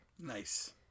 Nice